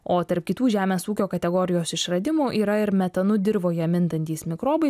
o tarp kitų žemės ūkio kategorijos išradimų yra ir metanu dirvoje mintantys mikrobai